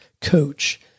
coach